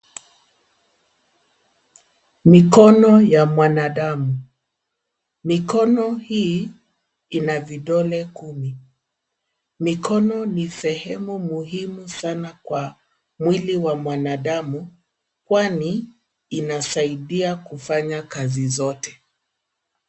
Mikono ya mwanadamu. Mikono hii ina vidole kumi. Mikono ni sehemu muhimu sana kwa mwili wa mwanadamu, kwani inasaidia kufanya kazi zote.